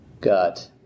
got